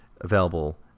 available